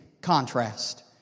contrast